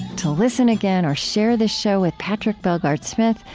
to listen again or share this show with patrick bellegarde-smith,